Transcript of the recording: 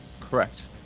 Correct